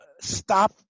stop